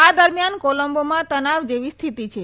આ દરમિયાન કોલંબોમાં તનાવ જેવી સ્થિતિ છે